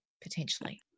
Potentially